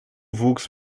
wuchs